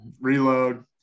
reload